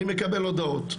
אני מקבל הודעות.